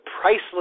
priceless